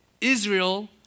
Israel